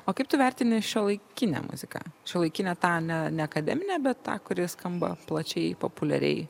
o kaip tu vertini šiuolaikinę muziką šiuolaikinę tą ne ne akademinę bet tą kuri skamba plačiai populiariai